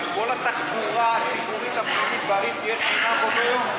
שכל התחבורה הציבורית הפנימית בעיר תהיה חינם כל היום?